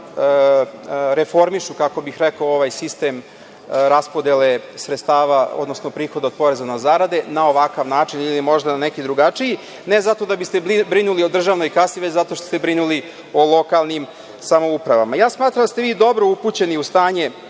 reformišu, kako bih rekao, ovaj sistem raspodele sredstava, odnosno prihoda od poreza na zarade na ovakav način ili možda na neki drugačiji, ne zato da biste brinuli o državnoj kasi, već zato što ste brinuli o lokalnim samoupravama. Smatram da ste vi dobro upućeni u stanje